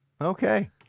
Okay